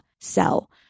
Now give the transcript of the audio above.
sell